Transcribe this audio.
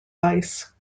ice